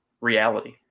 reality